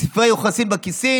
ספרי יוחסין בכיסים?